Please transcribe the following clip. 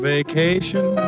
Vacation